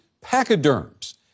pachyderms